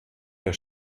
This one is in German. der